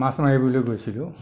মাছ মাৰিবলৈ গৈছিলোঁ